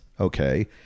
okay